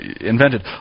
invented